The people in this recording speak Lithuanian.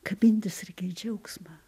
kabintis reikia į džiaugsmą